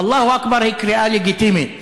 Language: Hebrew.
"אללהו אכבר" היא קריאה לגיטימית,